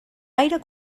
aire